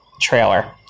trailer